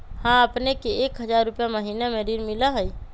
हां अपने के एक हजार रु महीने में ऋण मिलहई?